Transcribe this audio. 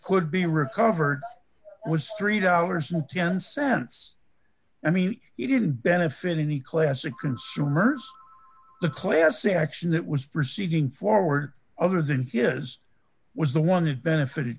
could be recovered was three dollars ten cents i mean he didn't benefit in the classic consumers the classic action that was proceeding forward other than his was the one that benefited